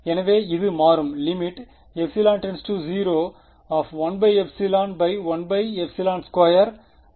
எனவே இது மாறும் lim01ε 12 0